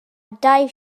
dau